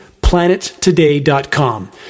planettoday.com